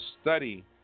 study